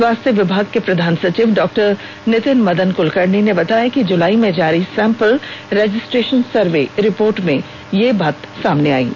स्वास्थ्य विमाग के प्रधान सचिव डॉ नीतिन मदन कुलकर्णी ने बताया कि जुलाई में जारी सैंपल रजिस्ट्रेशन सर्वे रिपोर्ट में यह सामने आई है